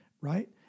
Right